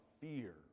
fear